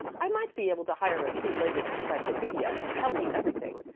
i might be able to hire a two-legged encyclopaedia to tell me everything,